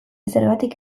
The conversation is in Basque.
zergatik